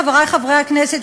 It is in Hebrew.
חברי חברי הכנסת,